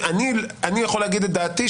אני יכול להגיד את דעתי,